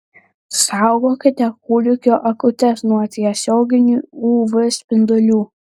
saugokite kūdikio akutes nuo tiesioginių uv spindulių